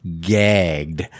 gagged